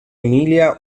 emilia